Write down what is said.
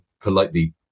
politely